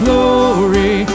Glory